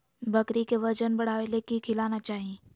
बकरी के वजन बढ़ावे ले की खिलाना चाही?